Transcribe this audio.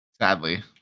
Sadly